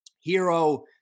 Hero